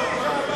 הממשלה.